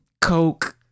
Coke